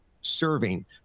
serving